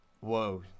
whoa